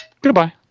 Goodbye